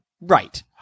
Right